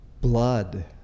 blood